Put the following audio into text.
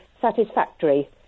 satisfactory